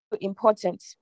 important